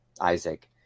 Isaac